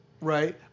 Right